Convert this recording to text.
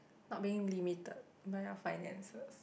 not being limited by your finances